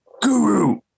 guru